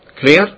Clear